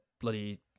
bloody